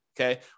okay